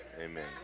Amen